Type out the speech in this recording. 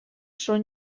són